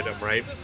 right